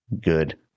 good